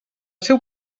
seu